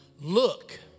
Look